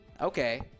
Okay